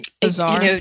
bizarre